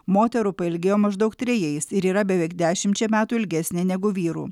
moterų pailgėjo maždaug trejais ir yra beveik dešimčia metų ilgesnė negu vyrų